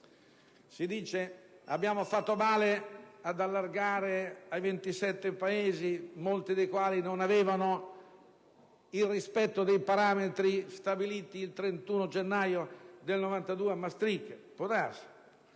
Si dice che abbiamo fatto male ad allargare l'Unione a 27 Paesi, molti dei quali non rispettavano i parametri stabiliti il 31 gennaio del 1992 a Maastricht: può darsi.